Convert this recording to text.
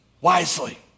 wisely